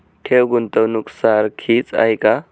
ठेव, गुंतवणूक सारखीच आहे का?